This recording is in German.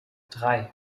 drei